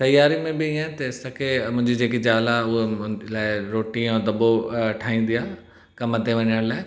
तयारियुनि में बि हीअं अहे तेसि तक ही मुंहिंजी जेकी ज़ाल आजे हुअ मुंंहिंजे लाइ रोटी जो दॿो ठाईंदी आहे कमु ते वञण लाइ